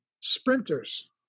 Sprinters